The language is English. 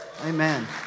Amen